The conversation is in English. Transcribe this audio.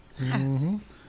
Yes